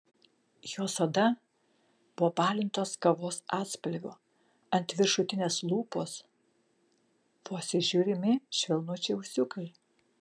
jos oda buvo balintos kavos atspalvio ant viršutinės lūpos vos įžiūrimi švelnučiai ūsiukai